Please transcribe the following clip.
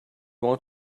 want